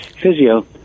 physio